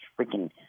freaking